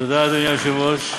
חברי הכנסת, כבוד השרים,